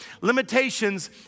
limitations